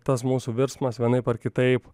tas mūsų virsmas vienaip ar kitaip